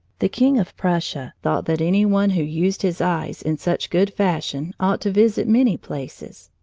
the king of prussia thought that any one who used his eyes in such good fashion ought to visit many places.